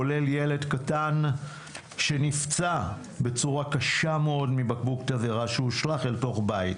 כולל ילד קטן שנפצע בצורה קשה מאוד מבקבוק תבערה שהושלך אל תוך הבית.